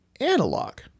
analog